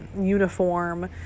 uniform